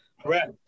Correct